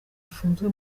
afunzwe